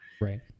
Right